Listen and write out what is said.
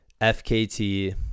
FKT